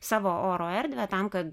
savo oro erdvę tam kad